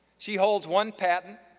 she holds one patent,